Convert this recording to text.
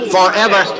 Forever